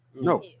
no